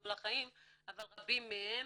מסלול החיים , אבל רבים מהם